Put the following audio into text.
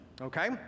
Okay